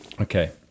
Okay